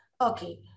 Okay